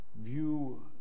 view